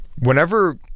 whenever